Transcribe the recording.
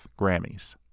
Grammys